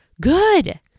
Good